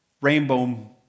rainbow